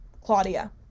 Claudia